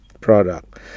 product